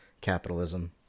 capitalism